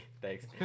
Thanks